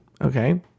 okay